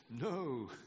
No